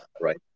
right